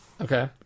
Okay